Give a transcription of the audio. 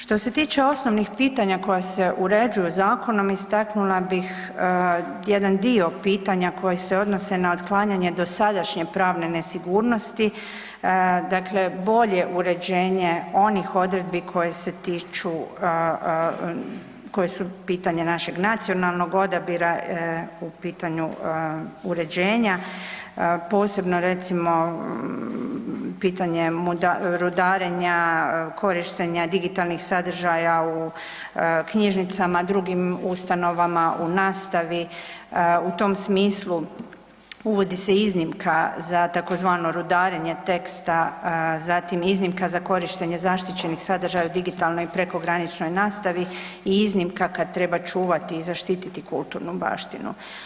Što se tiče osnovnih pitanja koja se uređuju zakonom istaknula bih jedan dio pitanja koja se odnose na otklanjanje dosadašnje pravne nesigurnosti, dakle bolje uređenje onih odredbi koje se tiču, koje su pitanje našeg nacionalnog odabira u pitanju uređenja, posebno recimo pitanje rudarenja, korištenja digitalnih sadržaja u knjižnicama, drugim ustanovama, u nastavi, u tom smislu uvodi se iznimka za tzv. rudarenje teksta, zatim iznimka za korištenje zaštićenih sadržaja u digitalnoj i prekograničnoj nastavi i iznimka kad treba čuvati i zaštititi kulturnu baštinu.